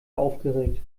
aufgeregt